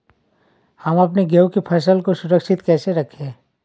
हम अपने गेहूँ की फसल को सुरक्षित कैसे रखें?